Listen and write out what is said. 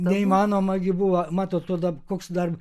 neįmanoma gi buvo matot to dar koks dar